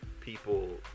people